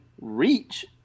reach